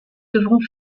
devront